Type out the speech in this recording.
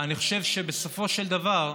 אני חושב שבסופו של דבר,